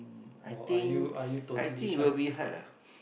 I think I think it will be hard lah